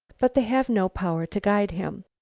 but they have no power to guide him.